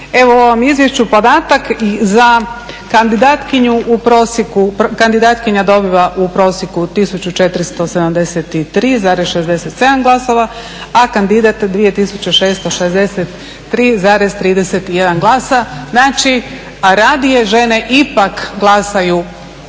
Evo u ovom izvješću podatak za kandidatkinju u prosjeku, kandidatkinja dobiva u prosjeku 1473,67 glasova a kandidat 2663,31 glasa. Znači a radije žene ipak glasaju